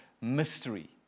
mystery